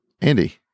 Andy